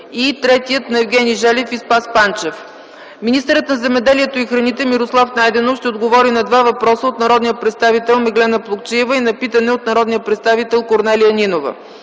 Желев; и Евгений Желев и Спас Панчев. Министърът на земеделието и храните Мирослав Найденов ще отговори на два въпроса от народния представител Меглена Плугчиева и на питане от народния представител Корнелия Нинова.